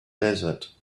desert